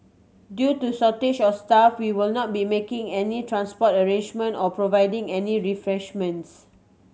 due to shortage of staff we will not be making any transport arrangements or providing any refreshments